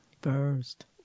first